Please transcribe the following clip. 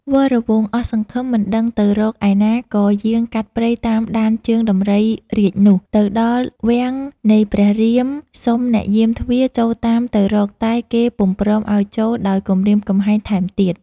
វរវង្ស អស់សង្ឃឹមមិនដឹងទៅរកឯណាក៏យាងកាត់ព្រៃតាមដានជើងដំរីរាជនោះ ទៅដល់វាំងនៃព្រះរៀមសុំអ្នកយាមទ្វារចូលតាមទៅរកតែគេពុំព្រមឲ្យចូលដោយគំរាមកំហែងថែមទៀត។